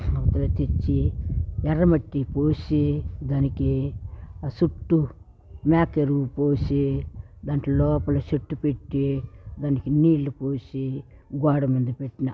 తెచ్చి ఎర్రమట్టి పోసి దానికి సుట్టూ మేత ఎరువు పోసి దాంట్లో లోపల చెట్టు పెట్టి దానికి నీళ్ళు పోసి గోడమీద పెట్నా